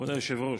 כבוד היושב-ראש,